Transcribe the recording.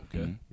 Okay